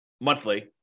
monthly